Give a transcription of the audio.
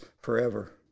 forever